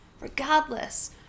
regardless